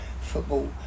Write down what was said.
football